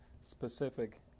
specific